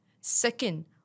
Second